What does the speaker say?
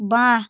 বাঁ